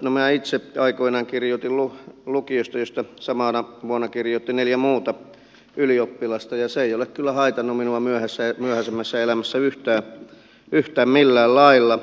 no minä itse aikoinaan kirjoitin lukiosta josta samana vuonna kirjoitti neljä muuta ylioppilasta ja se ei ole kyllä haitannut minua myöhäisemmässä elämässä yhtään millään lailla